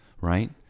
right